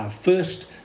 first